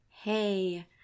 Hey